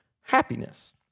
happiness